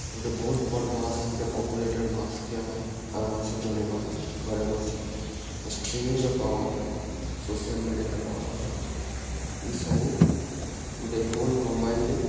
ଗୁଟେ ବହୁତ୍ ବଡ଼୍ ମାସ୍ ଗୁଟେ ପପୁଲେଟେଡ଼୍ ମାସ୍କେ ଆମେ ଆରାମ୍ସେ ଜଣେଇ ପାରୁଚୁ ଘରେ ବସି ତ ଷ୍ଟ୍ରିମିଂର ପାୱାର୍ ହେଇଗଲା ସୋସିଆଲ୍ ମିଡ଼ିଆରେ ପାୱାର୍ ହେଇଗଲା ଇ ସବୁ ଗୁଟେ ହୋଲ୍ କମ୍ବାଇନ୍ଲି